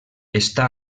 està